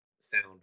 sound